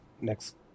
next